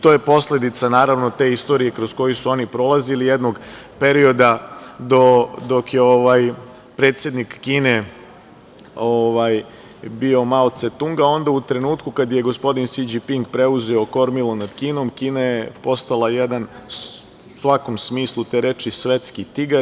To je posledica, naravno, te istorije kroz koju su oni prolazili, jednog perioda dok je predsednik Kine bio Mao Cedung, a onda u trenutku kada je gospodin Si Đinping preuzeo kormilo nad Kinom, Kina je postala jedan u svakom smislu te reči svetski tigar.